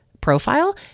profile